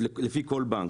לפי כל בנק.